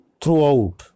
throughout